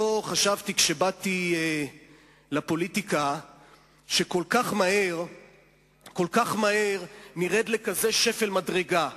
כשבאתי לפוליטיקה לא חשבתי שכל כך מהר נרד לשפל מדרגה כזה,